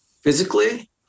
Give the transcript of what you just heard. Physically